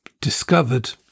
discovered